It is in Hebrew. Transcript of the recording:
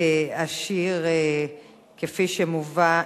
השיר כפי שמובא,